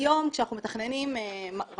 היום כשאנחנו מתכננים רמזורים